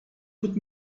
put